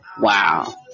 wow